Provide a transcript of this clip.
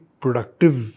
productive